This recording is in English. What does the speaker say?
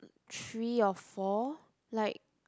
three or four like